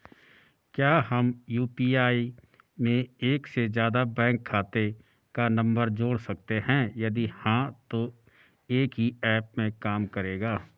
क्या हम यु.पी.आई में एक से ज़्यादा बैंक खाते का नम्बर जोड़ सकते हैं यदि हाँ तो एक ही ऐप में काम करेगा?